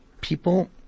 people